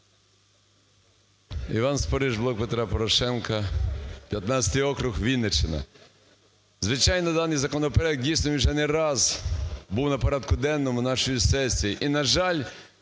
Іван Спориш, Блок Петра Порошенка, 15-й округ, Вінниччина. Звичайно, даний законопроект, дійсно, він вже не раз був на порядку денному нашої сесії.